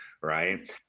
right